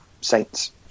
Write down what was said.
Saints